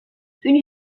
une